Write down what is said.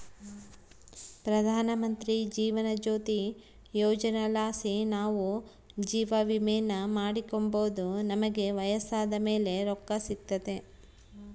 ಪ್ರಧಾನಮಂತ್ರಿ ಜೀವನ ಜ್ಯೋತಿ ಯೋಜನೆಲಾಸಿ ನಾವು ಜೀವವಿಮೇನ ಮಾಡಿಕೆಂಬೋದು ನಮಿಗೆ ವಯಸ್ಸಾದ್ ಮೇಲೆ ರೊಕ್ಕ ಸಿಗ್ತತೆ